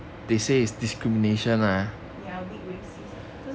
ya a bit racist